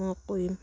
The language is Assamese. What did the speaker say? মই কৰিম